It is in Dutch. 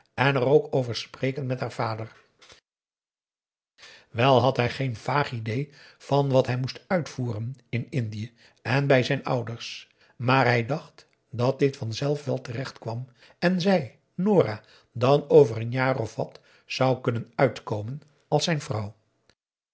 maurits er ook over spreken met haar vader wel had hij geen vaag idée van wat hij moest uitvoeren in indië en bij zijn ouders maar hij dacht dat dit vanzelf wel terechtkwam en zij nora dan over een jaar of wat zou kunnen uitkomen als zijn vrouw